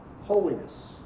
holiness